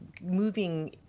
moving